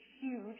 huge